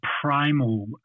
primal